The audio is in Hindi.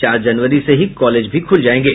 चार जनवरी से ही कॉलेज भी खूल जायेंगे